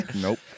Nope